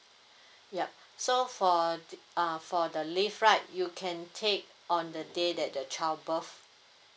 yup so for the err for the leave right you can take on the day that the child birth